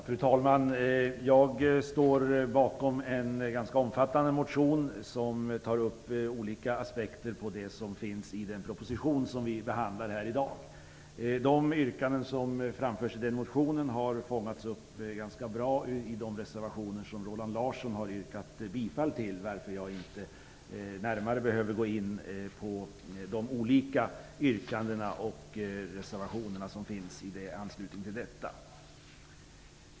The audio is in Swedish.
Fru talman! Jag står bakom en ganska omfattande motion som tar upp olika aspekter på det som står i den proposition vi behandlar här i dag. De yrkanden som framförs i den motionen har fångats upp ganska bra i de reservationer som Roland Larsson har yrkat bifall till. Jag behöver därför inte närmare gå in på de olika yrkanden och reservationer som finns i anslutning till detta.